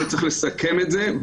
וצריך לסכם את זה.